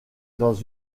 dans